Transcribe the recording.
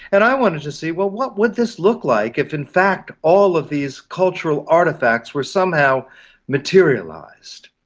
and i wanted to see, well, what would this look like if in fact all of these cultural artefacts were somehow materialised.